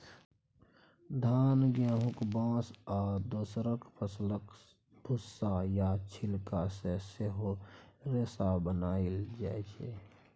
धान, गहुम, बाँस आ दोसर फसलक भुस्सा या छिलका सँ सेहो रेशा बनाएल जाइ छै